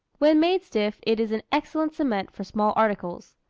when made stiff it is an excellent cement for small articles.